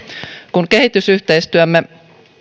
kun kehitysyhteistyömme